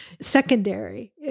secondary